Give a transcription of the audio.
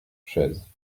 chaises